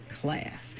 class